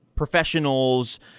professionals